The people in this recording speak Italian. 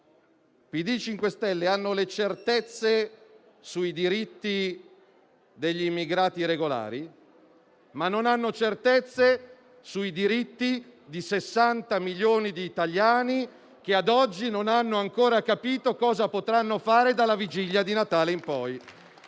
PD e 5 Stelle hanno certezze sui diritti degli immigrati irregolari, ma non su quelli di sessanta milioni di italiani che, ad oggi, non hanno ancora capito cosa potranno fare dalla vigilia di Natale in poi.